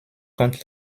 contre